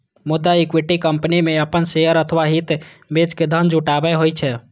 मुदा equity company मे अपन शेयर अथवा हित बेच के धन जुटायब होइ छै